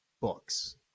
books